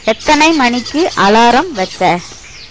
எத்தனை மணிக்கு அலாரம் வச்ச